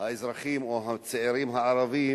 האזרחים או הצעירים הערבים